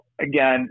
again